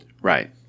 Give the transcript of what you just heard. Right